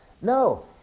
no